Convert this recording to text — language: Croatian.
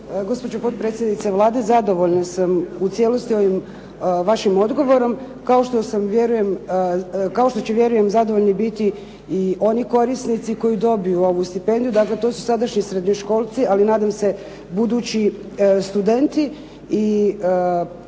Gospođo potpredsjednice Vlade, zadovoljna sam u cijelosti ovim vašim odgovorom, kao što će vjerujem zadovoljni biti i oni korisnici koji dobiju ovu stipendiju, dakle to su sadašnji srednjoškolci ali nadam se budući studenti. I pohvale i